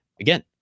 again